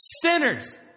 sinners